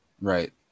right